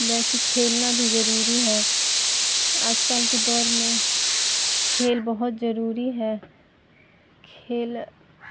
ویسے ہی کھیلنا بھی ضروری ہے آج کل کے دور میں کھیل بہت ضروری ہے کھیلا